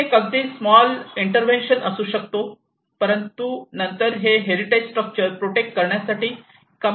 हा एक अगदी स्मॉल इंटरव्हेंशन असू शकतो परंतु नंतर हे हेरिटेज स्ट्रक्चर प्रोटेक्ट करण्यासाठी कम्प्लीट ऍनॅलिसिस केले पाहिजे